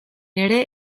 ere